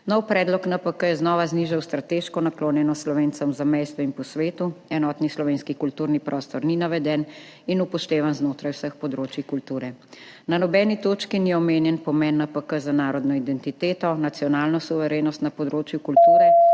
Nov predlog NPK je znova znižal strateško naklonjenost Slovencem v zamejstvu in po svetu. Enotni slovenski kulturni prostor ni naveden in upoštevan znotraj vseh področij kulture. Na nobeni točki ni omenjen pomen NPK za narodno identiteto, nacionalno suverenost na področju kulture,